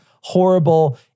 horrible